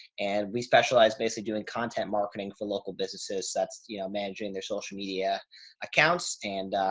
and we specialize basically doing content marketing for local businesses that's you know managing their social media accounts and